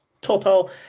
total